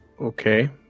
Okay